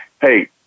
Hey